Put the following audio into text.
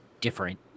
different